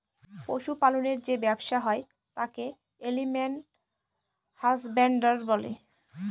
পশু পালনের যে ব্যবসা হয় তাকে এলিম্যাল হাসব্যানডরই বলে